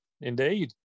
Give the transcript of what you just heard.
Indeed